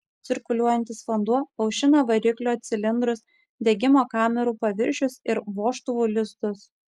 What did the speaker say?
cirkuliuojantis vanduo aušina variklio cilindrus degimo kamerų paviršius ir vožtuvų lizdus